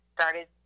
started